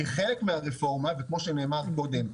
כחלק מהרפורמה וכמו שנאמר קודם,